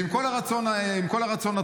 עם כל הרצון הטוב,